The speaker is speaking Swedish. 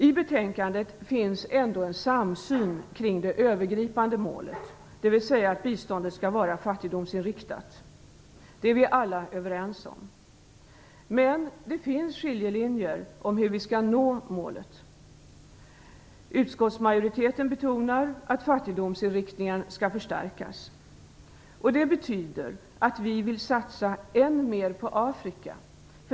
I betänkandet finns det ändå en samsyn när det gäller det övergripande målet: att biståndet skall vara fattigdomsinriktat. Det är vi alla överens om. Men det finns skiljelinjer i fråga om hur vi skall nå målet. Utskottsmajoriteten betonar att fattigdomsinriktningen skall förstärkas. Det betyder att vi vill satsa ännu mera på Afrika.